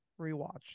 rewatch